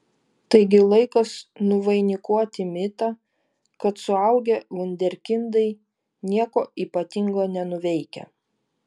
taigi laikas nuvainikuoti mitą kad suaugę vunderkindai nieko ypatingo nenuveikia